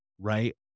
right